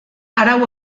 arau